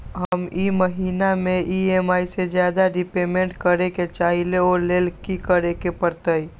हम ई महिना में ई.एम.आई से ज्यादा रीपेमेंट करे के चाहईले ओ लेल की करे के परतई?